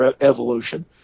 evolution